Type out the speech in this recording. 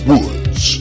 Woods